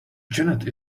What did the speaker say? janet